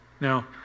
Now